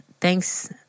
Thanks